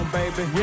baby